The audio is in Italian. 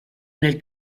nel